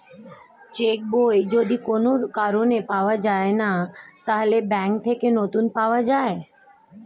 check বই যদি কোন কারণে পাওয়া না যায়, তাহলে ব্যাংক থেকে নতুন পাওয়া যায়